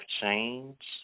change